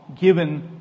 Given